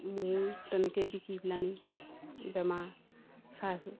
মোৰ তেনেকৈয়ে বিকি পেলাইনি বেমাৰ চাইছোঁ